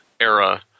era